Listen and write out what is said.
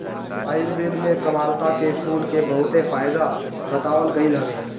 आयुर्वेद में कामलता के फूल के बहुते फायदा बतावल गईल हवे